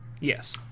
Yes